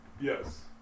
Yes